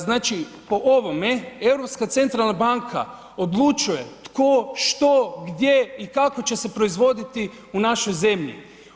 Znači po ovome Europska centralna banka odlučuje tko, što, gdje i kako će se proizvoditi u našoj zemlji.